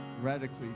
radically